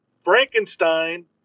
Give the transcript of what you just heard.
Frankenstein